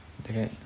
that guy